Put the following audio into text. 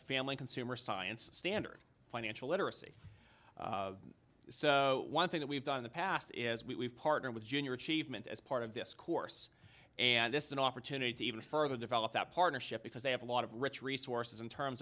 family consumer science standard financial literacy so one thing that we've done in the past is we've partnered with junior achievement as part of this course and this is an opportunity to even further develop that partnership because they have a lot of rich resources in terms